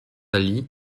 dalí